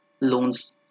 loans